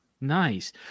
Nice